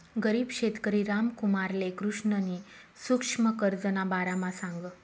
गरीब शेतकरी रामकुमारले कृष्णनी सुक्ष्म कर्जना बारामा सांगं